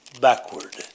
backward